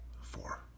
Four